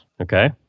okay